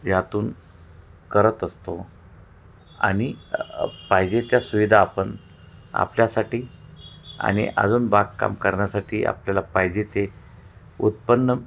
यातून करत असतो आणि पाहिजे त्या सुविधा आपण आपल्यासाठी आणि अजून बागकाम करण्यासाठी आपल्याला पाहिजे ते उत्पन्न